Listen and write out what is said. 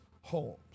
homes